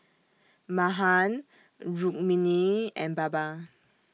Mahan Rukmini and Baba